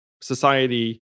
society